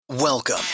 Welcome